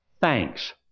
thanks